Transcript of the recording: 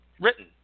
written